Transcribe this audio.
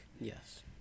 yes